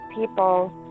people